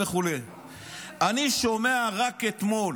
אני שומע רק אתמול